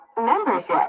membership